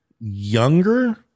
younger